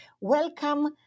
Welcome